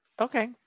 Okay